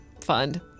fund